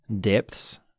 depths